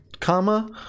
comma